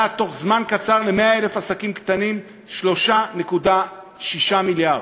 בתוך זמן קצר ל-100,000 עסקים קטנים 3.6 מיליארד.